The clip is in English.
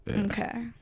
Okay